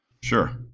Sure